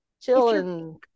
chilling